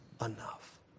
enough